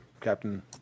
captain